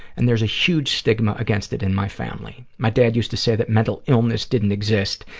and there's a huge stigma against it in my family. my dad used to say that mental illness didn't exist,